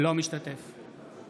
אינו משתתף בהצבעה